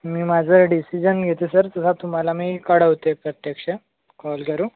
मी माझं डिसिजन घेतो सर तेव्हा तुम्हाला मी कळवते प्रत्यक्ष कॉल करू